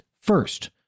first